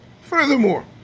Furthermore